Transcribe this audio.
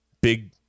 big